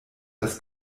das